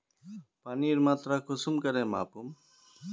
पानीर मात्रा कुंसम करे मापुम?